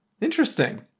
interesting